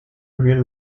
real